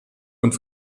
und